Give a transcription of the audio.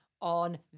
on